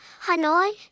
hanoi